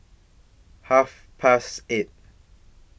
Half Past eight